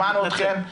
שמענו אתכם,